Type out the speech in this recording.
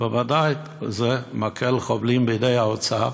בוודאי, זה מקל חובלים בידי האוצר,